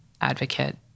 advocate